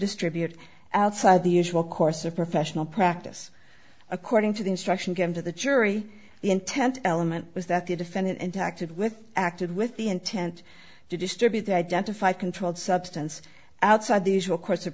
distribute outside the usual course of professional practice according to the instruction given to the jury the intent element was that the defendant interacted with acted with the intent to distribute the identified controlled substance outside the usual course